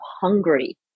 hungry